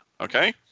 Okay